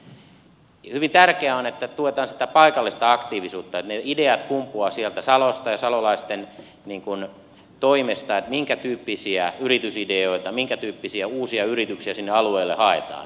hyvin tärkeää on että tuetaan sitä paikallista aktiivisuutta että ne ideat kumpuavat sieltä salosta ja salolaisten toimesta minkä tyyppisiä yritysideoita minkä tyyppisiä uusia yrityksiä sinne alueelle haetaan